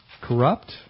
Corrupt